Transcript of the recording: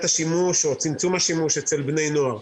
השימוש או צמצום השימוש אצל בני נוער.